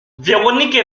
véronique